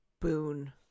boon